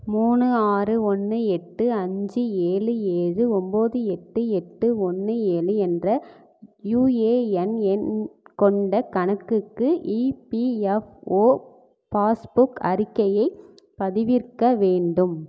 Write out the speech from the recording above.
மூணு ஆறு ஒன்று எட்டு அஞ்சு ஏழு ஏழு ஒன்போது எட்டு எட்டு ஒன்று ஏழு என்ற யுஏஎன் எண் கொண்ட கணக்குக்கு இபிஎஃப்ஓ பாஸ்புக் அறிக்கையை பதிவிறக்க வேண்டும்